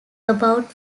about